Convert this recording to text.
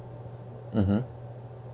mmhmm